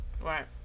Right